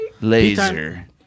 Laser